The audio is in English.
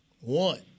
One